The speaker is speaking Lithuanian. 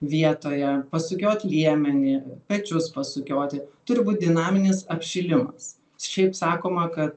vietoje pasukiot liemenį pečius pasukioti turi būti dinaminis apšilimas šiaip sakoma kad